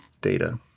data